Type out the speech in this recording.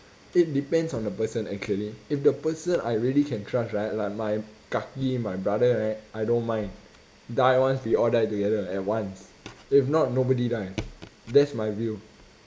it depends on the person actually if the person I really can trust right like my kaki my brother right I don't mind die once we all die together at once if not nobody die that's my view